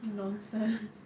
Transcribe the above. nonsense